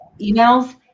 emails